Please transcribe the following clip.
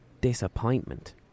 disappointment